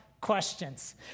questions